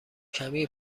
کمی